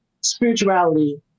spirituality